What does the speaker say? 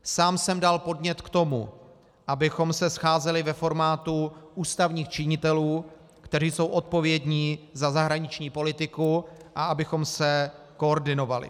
Sám jsem dal podnět k tomu, abychom se scházeli ve formátu ústavních činitelů, kteří jsou odpovědní za zahraniční politiku, a abychom se koordinovali.